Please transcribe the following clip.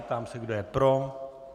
Ptám se, kdo je pro.